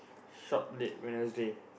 shop late Wednesday